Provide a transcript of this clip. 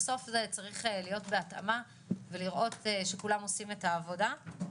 בסוף זה צריך להיות בהתאמה ולראות שכולם עושים את העבודה.